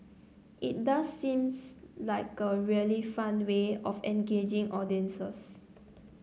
it does seems like a really fun way of engaging audiences